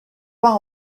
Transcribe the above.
pas